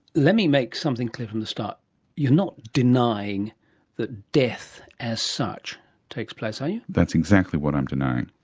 let me make something clear from the start you're not denying that death as such takes place, are you? that's exactly what i'm denying.